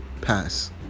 pass